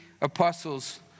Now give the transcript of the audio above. apostles